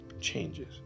changes